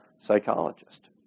psychologist